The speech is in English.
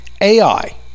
AI